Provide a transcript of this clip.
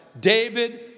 David